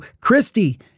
Christy